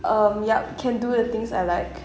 um yup can do the things I like